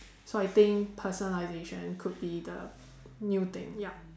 so I think personalisation could be the new thing yup